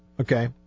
okay